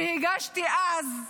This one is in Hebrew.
שהגשתי אז,